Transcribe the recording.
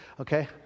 okay